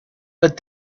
but